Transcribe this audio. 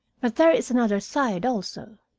but there is another side, also.